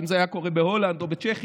אם זה היה קורה בהולנד או בצ'כיה,